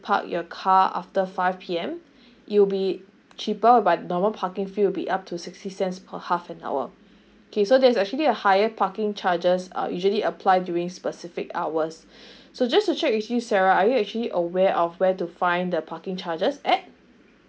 park your car after five P_M it will be cheaper but normal parking fee will be up to sixty cents per half an hour okay so there's actually a higher parking charges uh usually apply during specific hours so just to check with you sarah are you actually aware of where to find the parking charges at